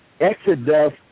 Exodus